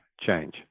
change